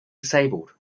disabled